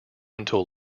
until